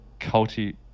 culty